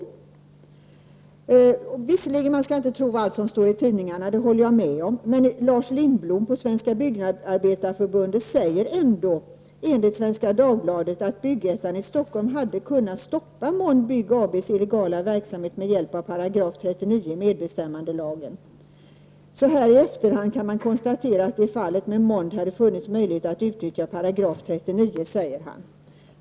Man skall visserligen inte tro allt som står i tidningarna -- det håller jag med om -- men Lars Lindblom på Svenska byggnadsarbetareförbundet säger ändå enligt Svenska Dagbladet att Bygg Ettan i Stockholm hade kunnat stoppa Mond Bygg Så här efteråt kan man konstatera att det i fallet Mond hade funnits möjligheter att utnyttja 39 §, säger Lars Lindblom.